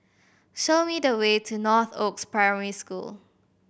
show me the way to Northoaks Primary School